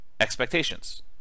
expectations